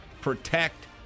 protect